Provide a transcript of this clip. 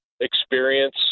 experience